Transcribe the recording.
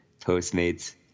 Postmates